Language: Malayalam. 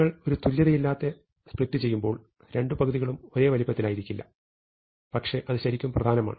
നിങ്ങൾ ഒരു തുല്യതയില്ലാത്ത സ്പ്ലിറ്റ് ചെയ്യുമ്പോൾ രണ്ട് പകുതികളും ഒരേ വലുപ്പത്തിലായിരിക്കില്ല പക്ഷേ അത് ശരിക്കും പ്രധാനമാണ്